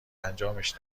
انجامش